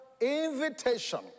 invitation